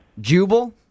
Jubal